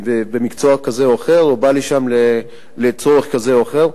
במקצוע כזה או אחר או בא לשם לצורך כזה או אחר.